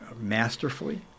masterfully